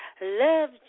Love